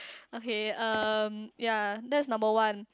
okay <(um) ya that's number one